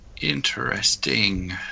Interesting